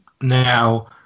Now